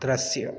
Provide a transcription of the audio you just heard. दृश्य